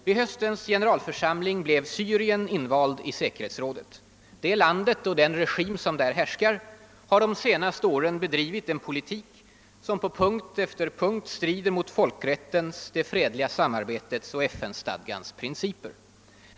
Vid höstens generalförsamling blev Syrien invalt i säkerhetsrådet. Det landet, och den regim som där härskar, har de senaste åren bedrivit en politik som på punkt efter punkt strider mot folkrätten, det fredliga samarbetet och FN stadgans principer.